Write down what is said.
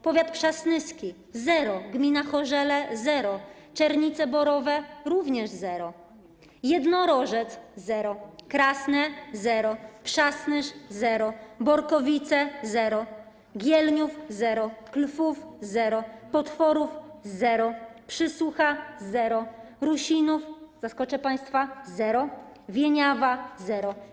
Powiat przasnyski - zero, gmina Chorzele - zero, Czernice Borowe - również zero, Jednorożec - zero, Krasne - zero, Przasnysz - zero, Borkowice - zero, Gielniów - zero, Klwów - zero, Potworów - zero, Przysucha - zero, Rusinów - zaskoczę państwa - zero, Wieniawa - zero.